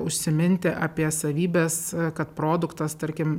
užsiminti apie savybes kad produktas tarkim